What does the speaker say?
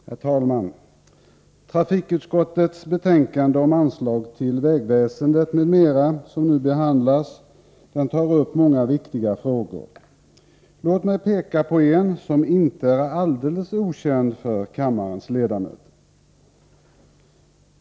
Herr talman! Trafikutskottets betänkande om anslag till vägväsende m.m. som nu behandlas tar upp många viktiga frågor. Låt mig erinra om en som inte är alldeles okänd för kammarens ledamöter.